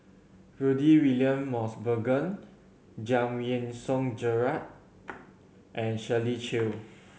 Rudy William Mosbergen Giam Yean Song Gerald and Shirley Chew